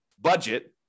budget